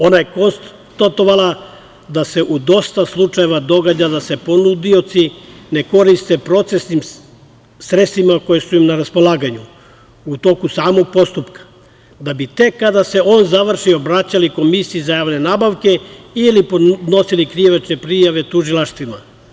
Ona je konstatovala da se u dosta slučajeva događa da se ponuđači ne koriste procesnim sredstvima koja su im na raspolaganju u toku samog postupka, da bi se tek kada se on završi obraćali Komisiji za javne nabavke ili podnosili krivične prijave tužilaštvima.